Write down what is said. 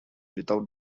without